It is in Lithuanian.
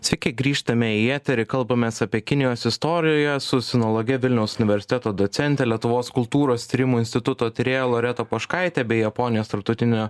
sveiki grįžtame į eterį kalbamės apie kinijos istoriją su sinologe vilniaus universiteto docente lietuvos kultūros tyrimų instituto tyrėja loreta poškaite bei japonijos tarptautinio